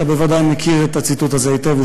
אתה בוודאי מכיר את הציטוט הזה היטב,